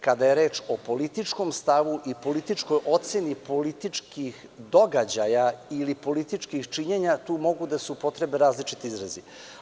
Kada je reč o političkom stavu i političkoj oceni političkih događaja ili političkih činjenja, tu mogu da se upotrebe različiti izrazi.